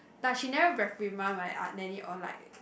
but she never reprimand my uh nanny or like